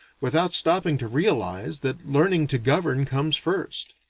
without stopping to realize that learning to govern comes first.